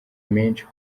menshi